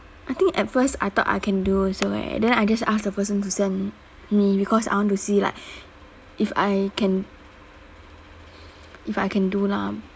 I think at first I thought I can do also eh then I just ask the person to send me because I want to see like if I can if I can do lah